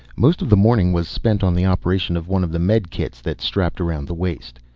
most of the morning was spent on the operation of one of the medikits that strapped around the waist.